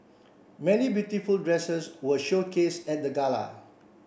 many beautiful dresses were showcased at the gala